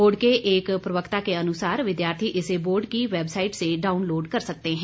board के एक प्रवक्ता के अनुसार विद्यार्थी इसे बोर्ड की वैबसाईट से डाउनलोड कर सकते हैं